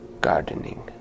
gardening